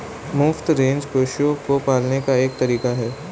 मुफ्त रेंज पशुओं को पालने का एक तरीका है